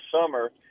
summer